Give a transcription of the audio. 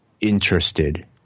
interested